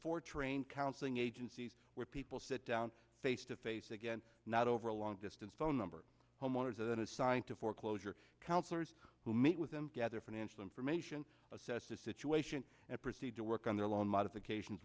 four train counseling agencies where people sit down face to face again not over a long distance phone number homeowners and assigned to foreclosure counselors who meet with them gather financial information assess the situation and proceed to work on their loan modifications